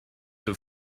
have